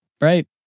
Right